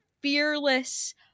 fearless